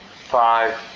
five